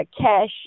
cash